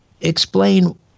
Explain